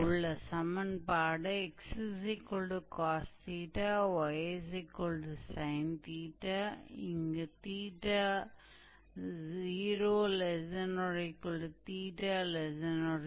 तो polar coordinate system के लिए हम x 𝑐𝑜𝑠𝜃 𝑦 𝑠𝑖𝑛𝜃 लिख सकते हैं जहां 0≤𝜃≤2𝜋